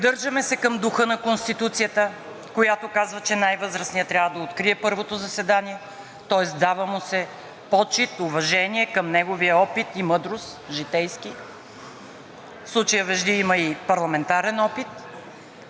Придържаме се към духа на Конституцията, която казва, че най-възрастният трябва да открие първото заседание, тоест дава му се почит, уважение към неговия житейски опит и мъдрост, в случая Вежди има и парламентарен опит.